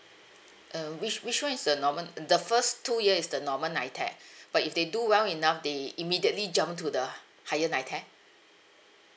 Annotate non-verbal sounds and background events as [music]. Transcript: uh which which one is the normal um the first two year is the normal NITEC [breath] but if they do well enough they immediately jump to the higher NITEC